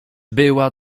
była